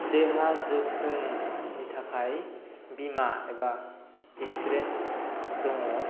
देहा जोथोननि थाखाय बीमा एबा इन्सुरेन्स दङ